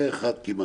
מי נגד, מי נמנע?